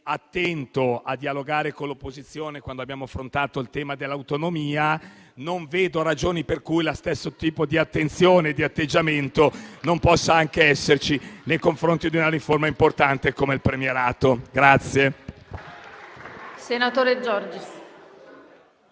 attento a dialogare con l'opposizione quando abbiamo affrontato il tema dell'autonomia, non vedo ragioni per cui lo stesso tipo di attenzione e di atteggiamento non possano esserci anche in occasione dell'esame di una riforma importante come quella del premierato.